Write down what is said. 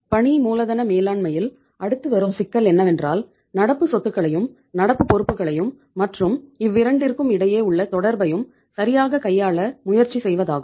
பணி மூலதன மேலாண்மையில் அடுத்து வரும் சிக்கல் என்னவென்றால் நடப்பு சொத்துக்களையும் நடப்பு பொறுப்புகளையும் மற்றும் இவ்விரண்டிற்கும் இடையே உள்ள தொடர்பையும் சரியாக கையாள முயற்சிசெய்வதாகும்